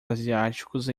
asiáticos